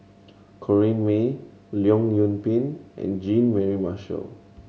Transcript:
Corrinne May Leong Yoon Pin and Jean Mary Marshall